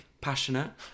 passionate